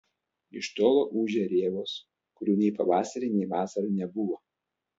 iš tolo ūžia rėvos kurių nei pavasarį nei vasarą nebuvo